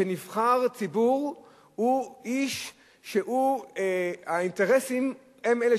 שנבחר ציבור הוא איש שהאינטרסים הם אלה